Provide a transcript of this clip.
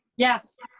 yes.